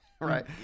Right